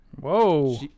Whoa